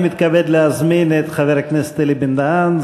אני מתכבד להזמין את חבר הכנסת אלי בן-דהן,